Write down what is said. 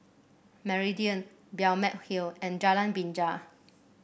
Meridian Balmeg Hill and Jalan Binja